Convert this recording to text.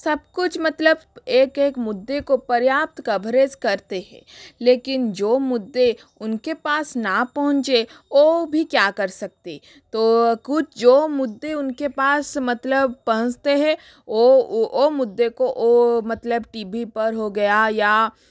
सब कुछ मतलब एक एक मुद्दे को पर्याप्त कभरेज करते हैं लेकिन जो मुद्दे उनके पास ना पहुँचे वो भी क्या कर सकते तो कुछ जो मुद्दे उनके पास मतलब पहँचते हैं वो वो मुद्दे को ओ मतलब टी वी पर हो गया या